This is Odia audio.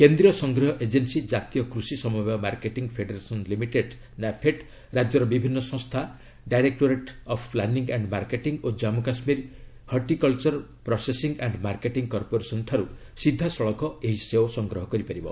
କେନ୍ଦ୍ରୀୟ ସଂଗ୍ରହ ଏଜେନ୍ସି ଜାତୀୟ କୃଷି ସମବାୟ ମାର୍କେଟିଂ ଫେଡେରେସନ୍ ଲିମିଟେଡ୍ ନାଫେଡ୍ ରାଜ୍ୟର ବିଭିନ୍ନ ସଂସ୍ଥା directorate of planning and marketing ଓ କାଶ୍ମୁ Kashmir horticulture processing and marketing corporation ଠାରୁ ସିଧାସଳଖ ଏହି ସେଓ ସଂଗ୍ରହ କରିବ